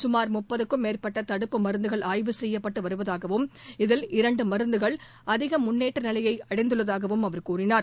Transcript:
சுமார் முப்பதுக்கும் மேற்பட்ட தடுப்பு மருந்துகள் ஆய்வு செய்யப்பட்டு வருவதாகவும் இதில் இரண்டு மருந்துகள் அதிக முன்னேற்ற நிலையை அடைந்துள்ளதாகவும் அவர் தெரிவித்தார்